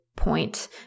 point